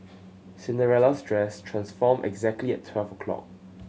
Cinderella's dress transformed exactly at twelve o'clock